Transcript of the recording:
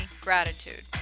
gratitude